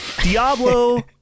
Diablo